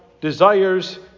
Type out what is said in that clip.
desires